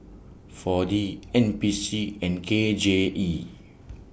four D N P C and K J E